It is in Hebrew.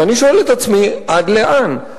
ואני שואל את עצמי: עד לאן?